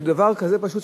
דבר כזה פשוט,